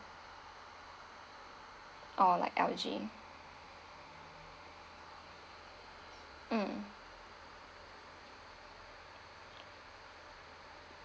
or like LG mm